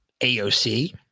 AOC